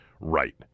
right